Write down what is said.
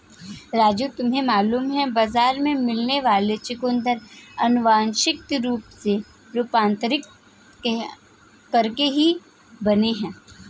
राजू तुम्हें मालूम है बाजार में मिलने वाले चुकंदर अनुवांशिक रूप से रूपांतरित करके ही बने हैं